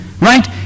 Right